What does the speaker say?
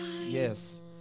Yes